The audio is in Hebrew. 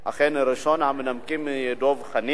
ראשון המנמקים יהיה דב חנין,